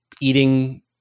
eating